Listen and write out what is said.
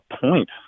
point